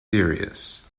serious